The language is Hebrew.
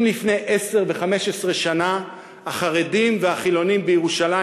אם לפני עשר ו-15 שנים החרדים והחילונים בירושלים,